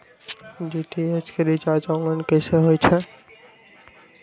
DTH के recharge online कैसे होईछई?